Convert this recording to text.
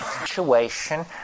situation